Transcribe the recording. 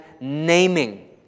naming